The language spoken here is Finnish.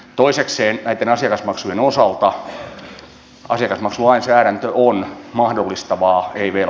asiakasmaksulainsäädäntö on mahdollistavaa ei velvoittavaa